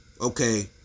okay